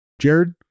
Jared